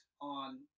On